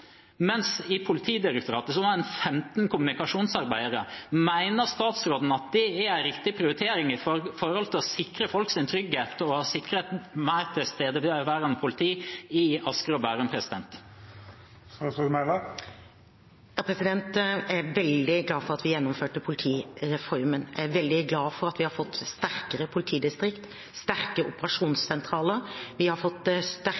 I Politidirektoratet har de 15 kommunikasjonsmedarbeidere. Mener statsråden det er en riktig prioritering for å sikre folks trygghet og et mer tilstedeværende politi i Asker og Bærum? Jeg er veldig glad for at vi gjennomførte politireformen. Jeg er veldig glad for at vi har fått sterkere politidistrikt, sterke operasjonssentraler, sterke fellesfunksjoner. Vi har